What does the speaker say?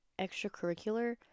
extracurricular